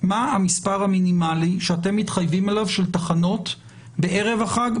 מה המספר המינימלי שאתם מתחייבים עליו של תחנות בערב החג,